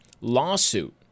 lawsuit